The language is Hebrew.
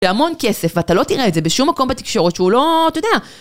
זה המון כסף, ואתה לא תראה את זה בשום מקום בתקשורת שהוא לא... אתה יודע...